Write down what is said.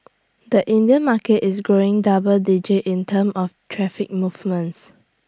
the Indian market is growing double digit in terms of traffic movements